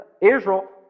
Israel